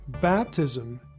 baptism